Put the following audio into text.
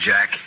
Jack